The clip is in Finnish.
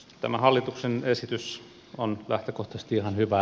tämä hallituksen esitys on lähtökohtaisesti ihan hyvä